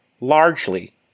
largely